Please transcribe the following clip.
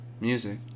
music